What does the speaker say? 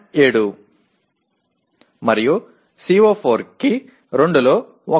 7 మరియు CO4 కి 2 లో 1